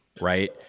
Right